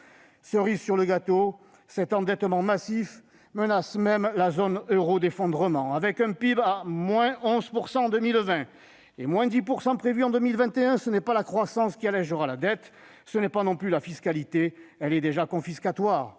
Cerise sur le gâteau, cet endettement massif menace la zone euro d'effondrement. Avec un PIB à-11 % en 2020 et une prévision de-10 % en 2021, ce n'est pas la croissance qui allégera la dette ; ce n'est pas non plus la fiscalité, qui est déjà confiscatoire.